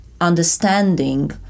understanding